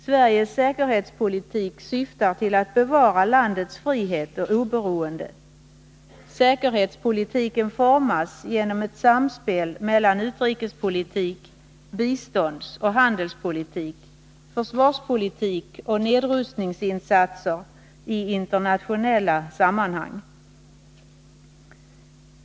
Sveriges säkerhetspolitik syftar till att bevara landets frihet och oberoende. Säkerhetspolitiken formas genom ett samspel mellan utrikespolitik, biståndsoch handelspolitik, försvarspolitik och nedrustningsinsatser i internationella sammanhang.